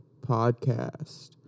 Podcast